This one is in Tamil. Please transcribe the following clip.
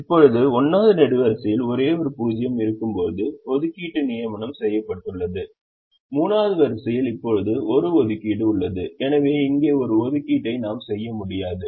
இப்போது 1 வது நெடுவரிசையில் ஒரே ஒரு 0 இருக்கும்போது ஒதுக்கீடு நியமனம் செய்யப்பட்டுள்ளது 3 வது வரிசையில் இப்போது ஒரு ஒதுக்கீடு உள்ளது எனவே இங்கே ஒரு ஒதுக்கீட்டை நாம் செய்ய முடியாது